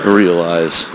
realize